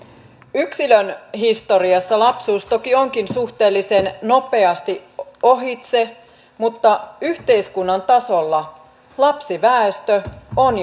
yksilön historiassa lapsuus toki onkin suhteellisen nopeasti ohitse mutta yhteiskunnan tasolla lapsiväestö on